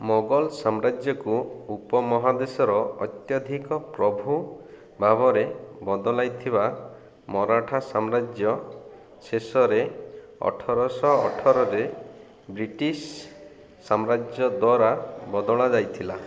ମୋଗଲ ସାମ୍ରାଜ୍ୟକୁ ଉପମହାଦେଶର ଅତ୍ୟଧିକ ପ୍ରଭୁ ଭାବରେ ବଦଳାଇଥିବା ମରାଠା ସାମ୍ରାଜ୍ୟ ଶେଷରେ ଅଠରଶହ ଅଠରରେ ବ୍ରିଟିଶ ସାମ୍ରାଜ୍ୟ ଦ୍ୱାରା ବଦଳାଯାଇଥିଲା